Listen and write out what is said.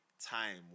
time